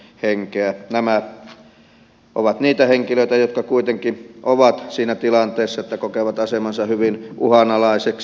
nämä ovat niitä henkilöitä jotka kuitenkin ovat siinä tilanteessa että kokevat asemansa hyvin uhanalaiseksi